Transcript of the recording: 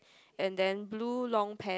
and then blue long pants